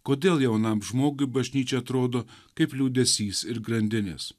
kodėl jaunam žmogui bažnyčia atrodo kaip liūdesys ir grandinės